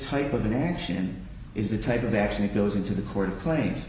type of an action is the type of action it goes into the court cla